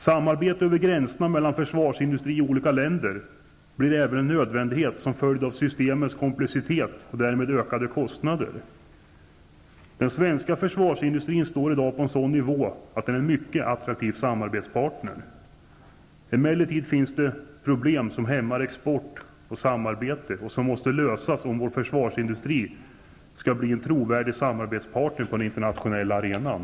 Samarbete över gränserna mellan försvarsindustri i olika länder blir även en nödvändighet som följd av systemens komplexitet och därmed ökande kostnader. Den svenska försvarsindustrin står i dag på en sådan nivå att den är en mycket attraktiv samarbetspartner. Emellertid finns det problem som hämmar export och samarbete och som måste lösas, om vår försvarsindustri skall bli en trovärdig samarbetspartner på den internationella arenan.